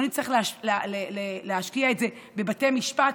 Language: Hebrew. לא נצטרך להשקיע את זה בבתי משפט.